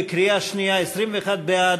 בקריאה שנייה: 21 בעד,